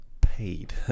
paid